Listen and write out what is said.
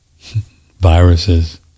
viruses